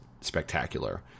spectacular